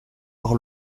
par